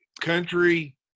Country